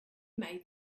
made